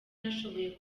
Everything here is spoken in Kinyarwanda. nashoboye